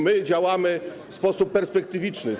My działamy w sposób perspektywiczny.